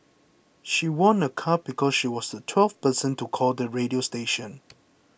she won a car because she was the twelfth person to call the radio station